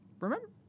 Remember